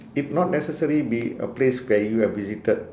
it not necessary be a place where you have visited